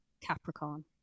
Capricorn